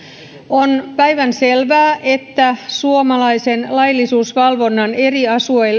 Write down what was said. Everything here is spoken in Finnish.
on päivänselvää että suomalaisen laillisuusvalvonnan eri